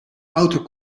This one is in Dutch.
auto